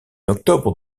octobre